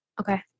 Okay